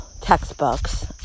textbooks